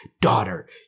Daughter